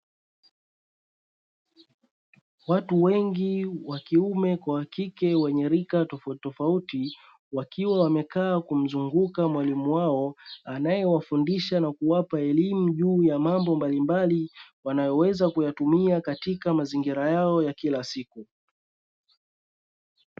Watu wengi wa kiume kwa wa kike; wenye rika tofautitofauti, wakiwa wmaekaa kumzunguka mwalimu wao; anayewafundisha na kuwapa elimu juu ya mambo mbalimbali wanayoweza kuyatumia katika mazingira yao ya kila siku.